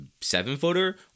seven-footer